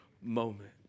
moment